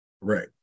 Right